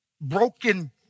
broken